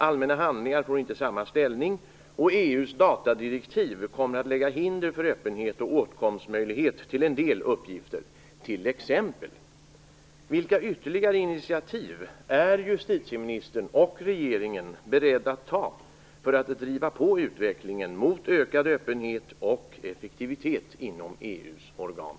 Allmänna handlingar får inte samma ställning, och EU:s datadirektiv kommer att lägga hinder för öppenhet och åtkomstmöjlighet till en del uppgifter, t.ex. Vilka ytterligare initiativ är justitieministern och regeringen beredda att ta för att driva på utvecklingen mot ökad öppenhet och effektivitet inom EU:s organ?